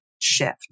shift